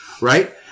right